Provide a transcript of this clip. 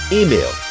email